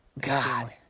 God